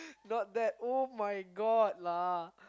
not that [oh]-my-God lah